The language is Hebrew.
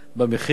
במחיר,